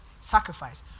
sacrifice